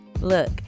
Look